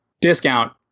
discount